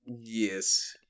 Yes